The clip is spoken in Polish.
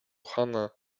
chana